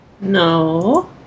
No